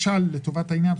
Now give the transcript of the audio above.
פנימי.